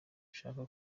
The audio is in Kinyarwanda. ushaka